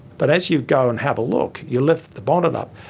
but as you go and have a look, you lift the bonnet up,